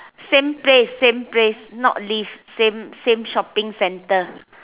same place same place not lift same same shopping centre